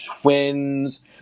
Twins